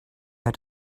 had